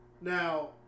Now